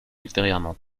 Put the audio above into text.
ultérieurement